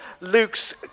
Luke's